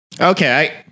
Okay